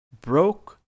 broke